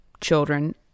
children